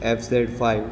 F Z five